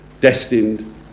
destined